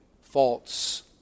faults